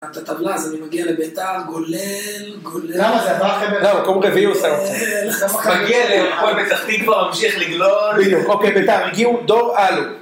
את הטבלה, אז אני מגיע לביתר, גולל, גולל. כמה זה, אתה חייב להיות בביתר? לא, מקום רביעי הוא שם. נכון, צריך להגיע להפועל פתח תקווה, ממשיך לגלול. בדיוק, אוקיי, ביתר, הגיעו, דור, עלו.